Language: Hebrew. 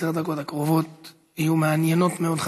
עשר הדקות הקרובות יהיו מעניינות מאוד,